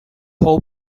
whole